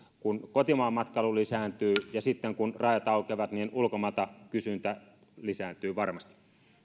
kun kotimaanmatkailu lisääntyy ja sitten kun rajat aukeavat niin ulkomailta kysyntä lisääntyy varmasti